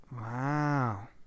Wow